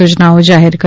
સૂચનાઓ જાહેર કરી